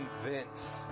convince